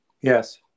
Yes